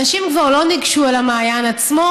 אנשים כבר לא ניגשו אל המעיין עצמו